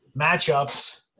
matchups